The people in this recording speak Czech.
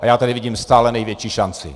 A já tady vidím stále největší šanci.